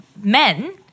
men